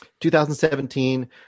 2017